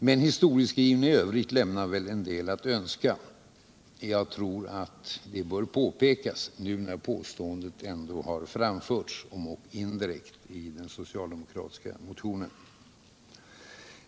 Men historieskrivningen i övrigt lämnar en hel del att önska. Jag tror detta bör påpekas — nu när påståendet ändå har framförts, om ock indirekt, i den socialdemokratiska motionen.